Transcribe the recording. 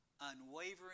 unwavering